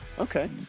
Okay